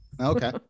Okay